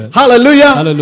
hallelujah